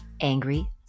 angry